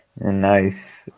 Nice